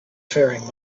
faring